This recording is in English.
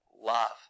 love